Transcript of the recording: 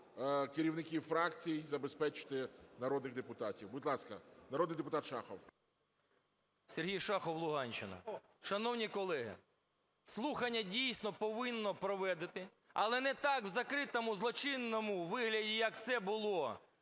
керівників фракцій забезпечити народних депутатів. Будь ласка, народний депутат Шахов. 11:57:30 ШАХОВ С.В. Сергій Шахов, Луганщина. Шановні колеги, слухання, дійсно, повинні проводити, але не так, в закритому, злочинному вигляді, як це було